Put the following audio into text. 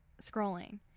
scrolling